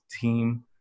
team